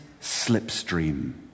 slipstream